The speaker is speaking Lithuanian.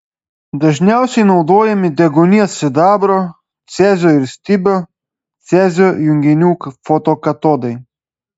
dažniausiai naudojami deguonies sidabro cezio ir stibio cezio junginių fotokatodai